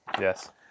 Yes